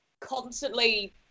constantly